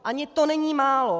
Ani to není málo.